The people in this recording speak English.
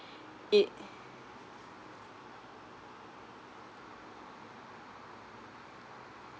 it